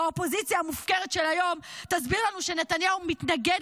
והאופוזיציה המופקרת של היום תסביר לנו שנתניהו מתנגד